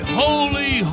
holy